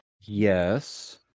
Yes